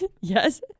Yes